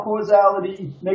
causality